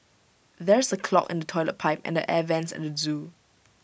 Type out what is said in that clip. there is A clog in the Toilet Pipe and the air Vents at the Zoo